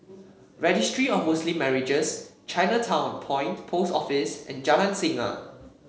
registry of Muslim Marriages Chinatown Point Post Office and Jalan Singa